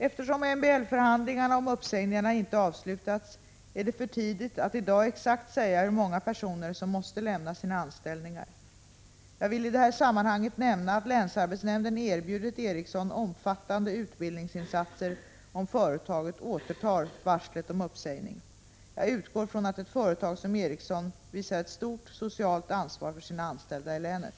Eftersom MBL-förhandlingarna om uppsägningarna inte avslutats är det för tidigt att i dag exakt säga hur många personer som måste lämna sina anställningar. Jag vill i det här sammanhanget nämna att länsarbetsnämnden erbjudit Ericsson omfattande utbildningsinsatser om företaget återtar varslet om uppsägning. Jag utgår från att ett företag som Ericsson visar ett stort socialt ansvar för sina anställda i länet.